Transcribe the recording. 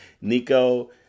Nico